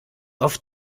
oft